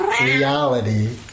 reality